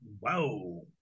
Wow